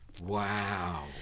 Wow